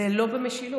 זה לא במשילות.